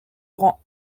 rend